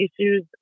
issues